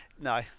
No